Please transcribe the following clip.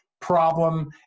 problem